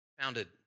Founded